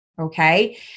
Okay